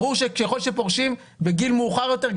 ברור שככל שפורשים בגיל שמאוחר יותר,